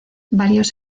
varios